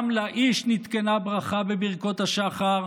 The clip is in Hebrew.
גם לאיש נתקנה ברכה בברכות השחר,